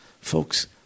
Folks